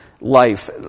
life